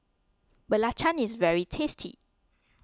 Belacan is very tasty